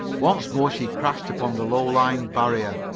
once more she crashed upon the low-lying barrier,